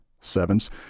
sevens